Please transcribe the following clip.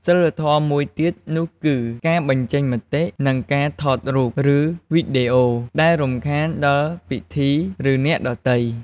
សីលធម៌មួយទៀតនោះគឺ ការបញ្ចេញមតិ និងការថតរូប ឬវីដេអូដែលរំខានដល់ពិធី ឬអ្នកដទៃ។